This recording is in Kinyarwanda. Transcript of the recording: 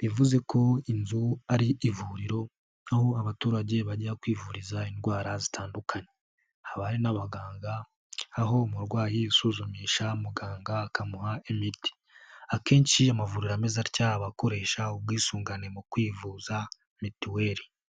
Bivuze ko iyi nzu ari ivuriro aho abaturage bajya kwivuriza indwara zitandukanye. Haba n'abaganga aho umurwayi yisuzumisha, muganga akamuha imiti. Akenshi amavuriro ameze atya, aba akoresha ubwisungane mu kwivuza mituweli.